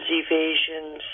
evasions